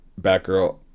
Batgirl